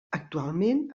actualment